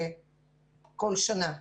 כל שנה.